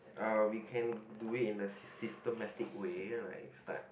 uh we can do it in a systematic wait like start